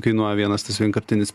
kainuoja vienas tas vienkartinis